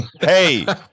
Hey